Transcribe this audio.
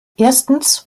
erstens